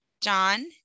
John